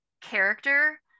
character